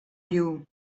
you